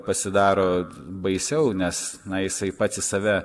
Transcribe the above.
pasidaro baisiau nes na jisai pats į save